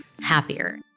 happier